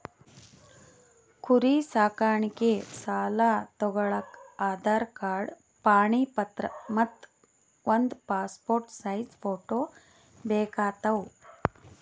ಕುರಿ ಸಾಕಾಣಿಕೆ ಸಾಲಾ ತಗೋಳಕ್ಕ ಆಧಾರ್ ಕಾರ್ಡ್ ಪಾಣಿ ಪತ್ರ ಮತ್ತ್ ಒಂದ್ ಪಾಸ್ಪೋರ್ಟ್ ಸೈಜ್ ಫೋಟೋ ಬೇಕಾತವ್